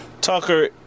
Tucker